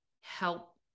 help